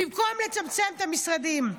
במקום לצמצם את המשרדים,